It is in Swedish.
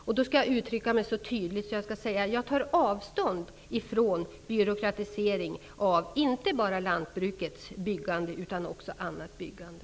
Jag skall uttrycka mig tydligt: Jag tar avstånd från byråkratisering inte bara av lantbrukets byggande utan också av annat byggande.